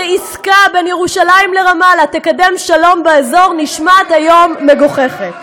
שעסקה בין ירושלים לרמאללה תקדם שלום באזור נשמעת היום מגוחכת.